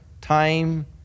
time